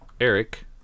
Eric